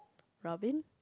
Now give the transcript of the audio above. Robin